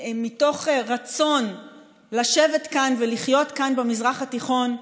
מתוך רצון לשבת כאן, לחיות כאן, במזרח התיכון,